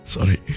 Sorry